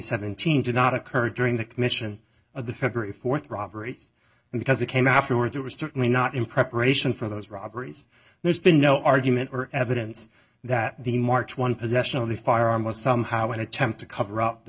seventeen did not occur during the commission of the february th robberies and because it came afterwards it was certainly not in preparation for those robberies there's been no argument or evidence that the march one possession of the firearm was somehow an attempt to cover up the